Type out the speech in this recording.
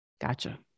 Gotcha